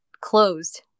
closed